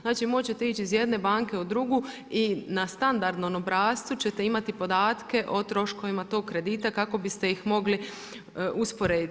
Znači moći ćete ići iz jedne banke u drugu i na standardnom obrascu ćete imati podatke o troškovima tog kredita kako biste ih mogli usporediti.